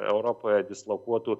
europoje dislokuotų